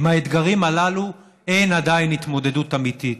עם האתגרים הללו אין עדיין התמודדות אמיתית.